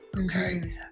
okay